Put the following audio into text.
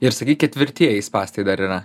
ir sakei ketvirtieji spąstai dar yra